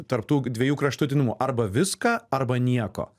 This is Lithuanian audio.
tarp tų dviejų kraštutinumų arba viską arba nieko